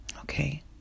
Okay